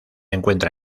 encuentra